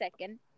second